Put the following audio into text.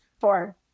four